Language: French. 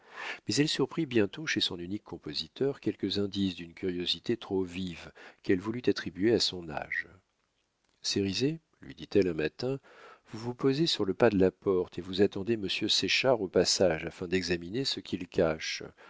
mais elle surprit bientôt chez son unique compositeur quelques indices d'une curiosité trop vive qu'elle voulut attribuer à son âge cérizet lui dit-elle un matin vous vous posez sur le pas de la porte et vous attendez monsieur séchard au passage afin d'examiner ce qu'il cache